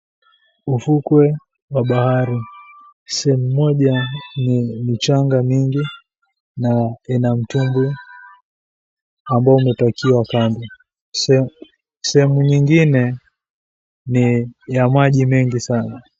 Ufukwe wa bahari, sehemu moja ni michanga mingi na ina mtumbwi ambao umepakiwa kando. Sehemu nyingine ni ya maji mengi sana.